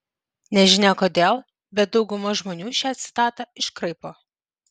nežinia kodėl bet dauguma žmonių šią citatą iškraipo